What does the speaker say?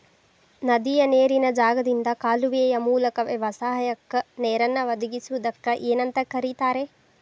ನದಿಯ ನೇರಿನ ಜಾಗದಿಂದ ಕಾಲುವೆಯ ಮೂಲಕ ವ್ಯವಸಾಯಕ್ಕ ನೇರನ್ನು ಒದಗಿಸುವುದಕ್ಕ ಏನಂತ ಕರಿತಾರೇ?